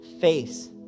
face